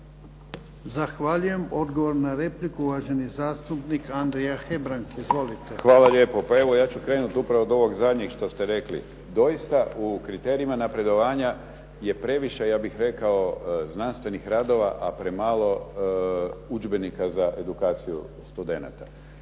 Zahvaljujem. Odgovor na repliku, uvaženi zastupnik Andrija Hebrang. Izvolite. **Hebrang, Andrija (HDZ)** Hvala lijepo. Pa evo ja ću krenuti upravo od ovog zadnjeg što ste rekli. doista u kriterijima napredovanja je previše ja bih rekao znanstvenih radova, a premalo udžbenika za edukaciju studenata.